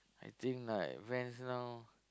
I think like Vans now